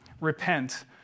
repent